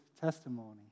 testimony